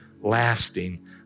lasting